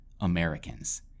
Americans